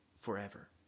forever